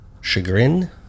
chagrin